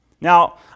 Now